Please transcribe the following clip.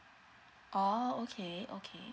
orh okay okay